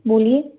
बोलिए